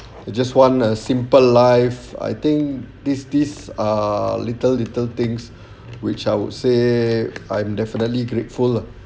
we just want a simple life I think this this err little little things which I would say I'm definitely grateful lah